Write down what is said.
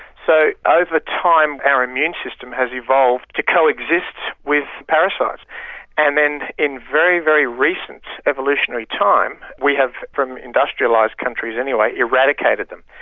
so over time our immune system has evolved to co-exist with parasites and then in very, very recent evolutionary time we have from industrialised countries anyway eradicated them.